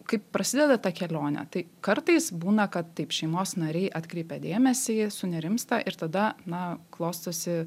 kaip prasideda ta kelionė tai kartais būna kad taip šeimos nariai atkreipia dėmesį sunerimsta ir tada na klostosi